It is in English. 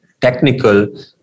technical